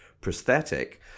prosthetic